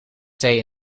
thee